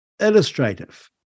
Illustrative